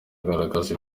agaragaza